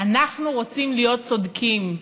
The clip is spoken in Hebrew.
אנחנו רוצים להיות צודקים,